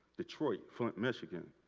detroit, flint, michigan,